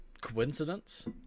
Coincidence